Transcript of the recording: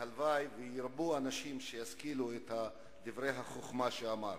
והלוואי שירבו אנשים שישכילו מדברי החוכמה שאמר.